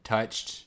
Touched